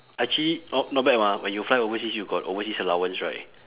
actually o~ not bad mah when you fly overseas you got overseas allowance right